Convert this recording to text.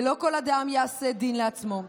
ולא כל אדם יעשה דין לעצמו,